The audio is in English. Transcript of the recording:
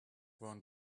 one